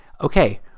Okay